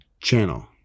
channel